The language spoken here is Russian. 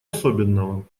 особенного